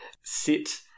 sit